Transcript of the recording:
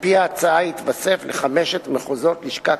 על-פי ההצעה יתווסף לחמשת מחוזות לשכת